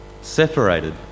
separated